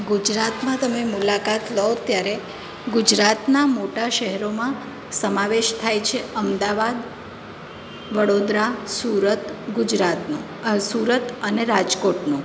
ગુજરાતમાં તમે મુલાકાત લો ત્યારે ગુજરાતનાં મોટા શહેરોમાં સમાવેશ થાય છે અમદાવાદ વડોદરા સુરત ગુજરાતનો સુરત અને રાજકોટનો